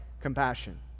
compassion